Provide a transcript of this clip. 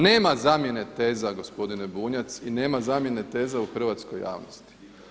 Nema zamjene teza gospodine Bunjac i nema zamjene teza u hrvatskoj javnosti.